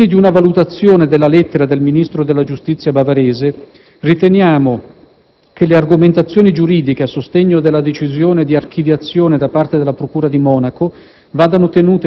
Ai fini di una valutazione della lettera del Ministro della giustizia bavarese, riteniamo che le argomentazioni giuridiche a sostegno della decisione di archiviazione da parte della procura di Monaco